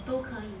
都可以